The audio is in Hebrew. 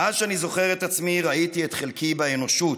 מאז שאני זוכר את עצמי ראיתי את חלקי באנושות: